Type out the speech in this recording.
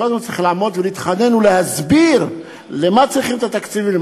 שקודם צריך לעמוד להתחנן ולהסביר למה צריך את התקציבים,